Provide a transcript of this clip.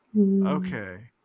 okay